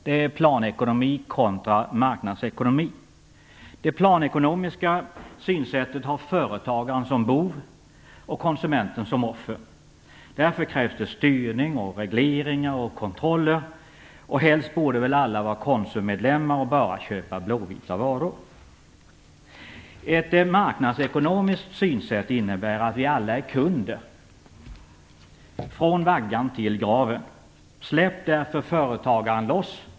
Det är planekonomi kontra marknadsekonomi. Det planekonomiska synsättet har företagaren som bov och konsumenten som offer. Därför krävs det styrning, regleringar och kontroller, och helst borde väl alla vara Konsummedlemmar och bara köpa blåvita varor. Ett marknadsekonomiskt synsätt innebär att vi alla är kunder, från vaggan till graven. Släpp därför företagaren loss.